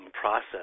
process